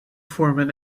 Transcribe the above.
vormen